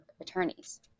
attorneys